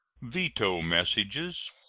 veto messages.